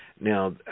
Now